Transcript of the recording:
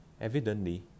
Evidently